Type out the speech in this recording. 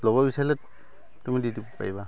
ল'ব বিচাৰিলে তুমি দি দিব পাৰিবা